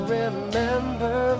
remember